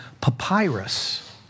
papyrus